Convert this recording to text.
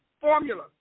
formula